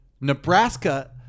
Nebraska